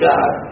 God